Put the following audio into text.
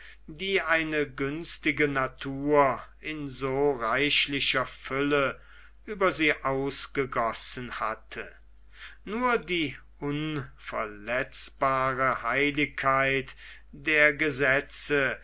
die eine günstige natur in so reichlicher fülle über sie ausgegossen hatte nur die unverletzbare heiligkeit der gesetze